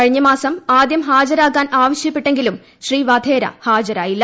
കഴിഞ്ഞ മാസം ആദ്യം ഹാജരാകാൻ ആവശ്യപ്പെട്ടെങ്കിലും ശ്രീ വധേര ഹാജരായില്ല